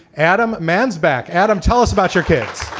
adam mansbach. adam, tell us about your kids a